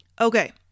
Okay